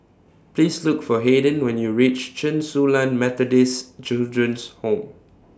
Please Look For Hayden when YOU REACH Chen Su Lan Methodist Children's Home